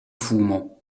fumo